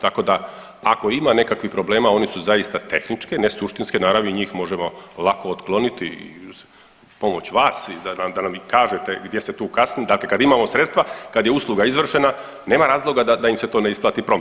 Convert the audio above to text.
Tako da ako ima nekakvih problema oni su zaista tehničke ne suštinske naravi i njih možemo lako otkloniti i uz pomoć vas i da nam ih kažete gdje se tu kasni, dakle, kad imamo sredstva kad je usluga izvršena nema razloga da im se to ne isplati promptno.